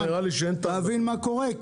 להבין מה קורה.